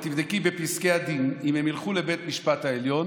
ותבדקי בפסקי הדין אם הם ילכו לבית המשפט העליון,